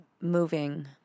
moving